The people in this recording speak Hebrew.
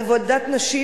על עבודת נשים,